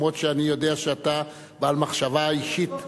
אף שאני יודע שאתה בעל מחשבה אישית,